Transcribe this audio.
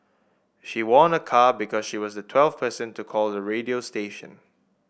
she won a car because she was the twelfth person to call the radio station